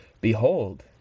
Behold